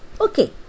Okay